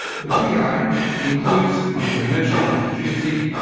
the pi includes entrepreneurship and opportunity,